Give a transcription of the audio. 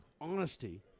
Honesty